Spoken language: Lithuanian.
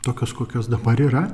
tokios kokios dabar yra